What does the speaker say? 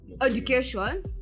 education